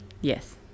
Yes